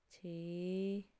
ਛੇ